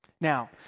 Now